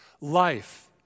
Life